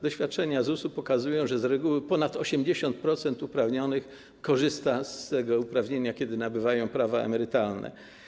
Doświadczenia ZUS-u pokazują, że z reguły ponad 80% uprawnionych korzysta z tego uprawnienia, kiedy nabywają oni prawa emerytalne.